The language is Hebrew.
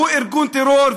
הוא ארגון טרור,